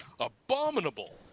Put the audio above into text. Abominable